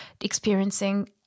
experiencing